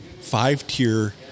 five-tier